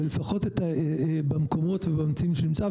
ולפחות במקומות ובאמצעים שהוא נמצא בהם,